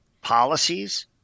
policies